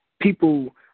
people